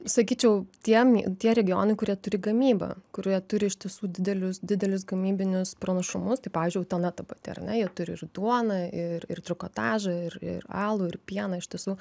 sakyčiau tie mi tie regionai kurie turi gamybą kurie turi iš tiesų didelius didelius gamybinius pranašumus tai pavyzdžiui utena ta pati ar ne turi ir duoną ir ir trikotažą ir ir alų ir pieną iš tiesų